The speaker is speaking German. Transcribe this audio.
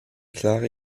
klare